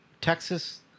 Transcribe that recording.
texas